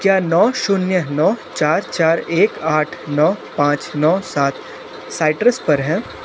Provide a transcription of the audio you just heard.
क्या नौ शून्य नौ चार चार एक आठ नौ पाँच नौ सात साइट्रस पर है